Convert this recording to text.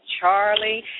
Charlie